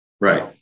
right